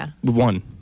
one